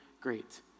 great